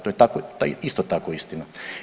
To je isto tako istina.